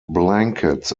blankets